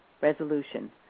resolution